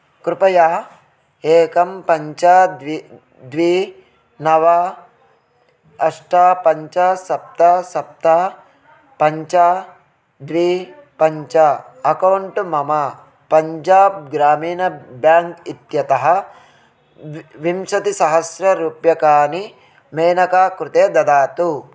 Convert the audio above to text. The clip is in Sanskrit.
कृपया एकं पञ्च द्वि द्वि नव अष्ट पञ्च सप्त सप्त पञ्च द्वि पञ्च अकौण्ट् मम पञ्जाब् ग्रामीन ब्याङ्क् इत्यतः विंशतिसहस्ररूप्यकाणि मेनका कृते ददातु